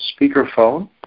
speakerphone